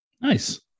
Nice